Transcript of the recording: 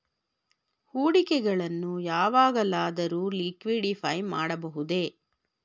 ಹೂಡಿಕೆಗಳನ್ನು ಯಾವಾಗಲಾದರೂ ಲಿಕ್ವಿಡಿಫೈ ಮಾಡಬಹುದೇ?